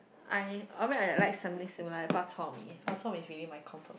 I I mean like something similar like bak-chor-mee bak-chor-mee is really my comfort